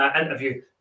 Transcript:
interview